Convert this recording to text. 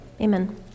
Amen